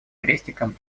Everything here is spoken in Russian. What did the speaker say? крестиком